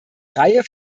reihe